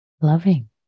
loving